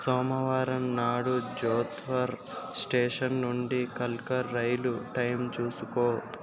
సోమవారం నాడు జోద్పూర్ స్టేషన్ నుండి కల్కా రైలు టైం చూసుకో